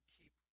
keep